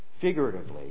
figuratively